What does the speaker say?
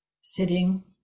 sitting